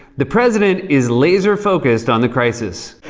the president is laser-focused on the crisis.